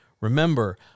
Remember